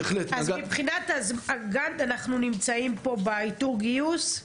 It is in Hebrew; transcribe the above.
אז מבחינת הגאנט אנחנו נמצאים פה באיתור, גיוס?